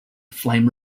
flame